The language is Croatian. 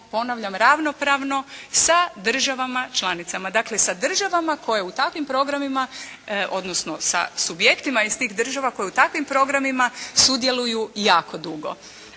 ponavljam ravnopravno sa državama članicama, dakle, sa državama koje u takvim programima odnosno sa subjektima iz tih država, koje u takvim programima sudjeluju jako dugo.